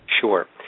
Sure